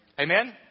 Amen